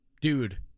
Dude